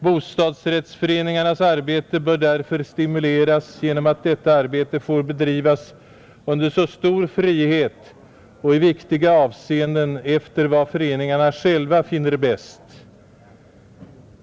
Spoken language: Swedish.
Bostadsrättsföreningarnas arbete bör därför stimuleras genom att detta arbete får bedrivas under så stor frihet som möjligt och i viktiga avseenden efter vad föreningarna själva finner bäst.